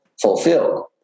fulfilled